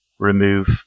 remove